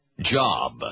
job